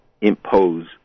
impose